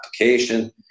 application